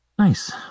Nice